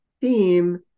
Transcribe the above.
theme